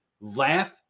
laugh